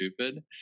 stupid